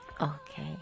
Okay